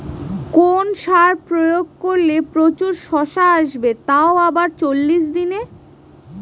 কোন সার প্রয়োগ করলে প্রচুর শশা আসবে তাও আবার চল্লিশ দিনে?